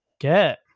Get